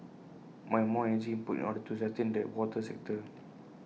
more and more energy input in order to sustain the water sector